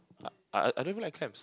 I I I don't even like clams